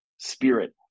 spirit